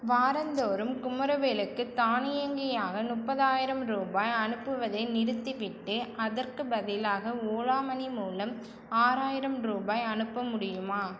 வாராந்தோறும் குமரவேலுக்கு தானியங்கியாக முப்பதாயிரம் ரூபாய் அனுப்புவதை நிறுத்திவிட்டு அதற்கு பதிலாக ஓலா மனி மூலம் ஆறாயிரம் ரூபாய் அனுப்ப முடியுமா